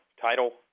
title